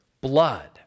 blood